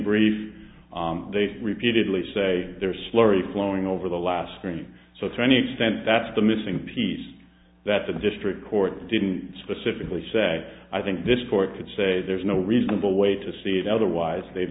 brief they repeatedly say there's slurry flowing over the last screen so to any extent that's the missing piece that the district court didn't specifically say i think this court could say there's no reasonable way to see it otherwise they've